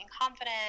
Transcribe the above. confident